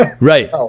Right